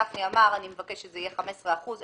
גפני אמר ש"אני מבקש שזה יהיה 15 אחוזים,